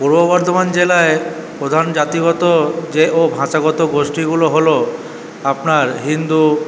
পূর্ব বর্ধমান জেলায় প্রধান জাতিগত যে ও ভাষাগত গোষ্ঠীগুলো হল আপনার হিন্দু